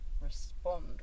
respond